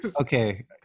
Okay